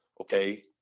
okay